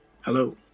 Hello